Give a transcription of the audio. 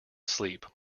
sleep